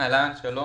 שלום.